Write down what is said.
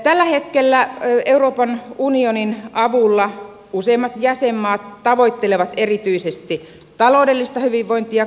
tällä hetkellä euroopan unionin avulla useimmat jäsenmaat tavoittelevat erityisesti taloudellista hyvinvointia kansalaisilleen